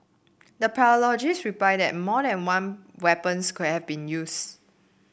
the pathologist replied that more than one weapons could have been used